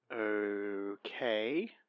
Okay